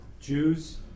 Jews